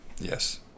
Yes